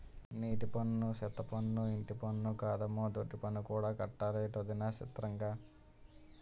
నీలపన్ను, సెత్తపన్ను, ఇంటిపన్నే కాదమ్మో దొడ్డిపన్ను కూడా కట్టాలటొదినా సిత్రంగా